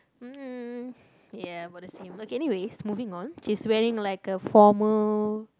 um ya about the same okay anyways moving on she is wearing like a formal